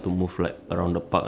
then there's me